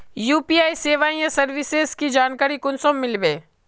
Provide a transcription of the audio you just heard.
UPI सेवाएँ या services की जानकारी कुंसम मिलबे?